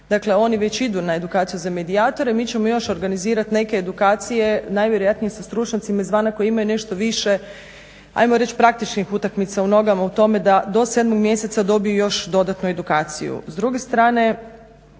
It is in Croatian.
Dakle, oni već idu na edukaciju za medijatore. Mi ćemo još organizirati neke edukacije najvjerojatnije sa stručnjacima izvana koji imaju nešto više, ajmo reći, praktičnih utakmica u nogama, u tome da do 7. mjeseca dobiju još dodatnu edukaciju.